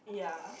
yeah